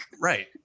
Right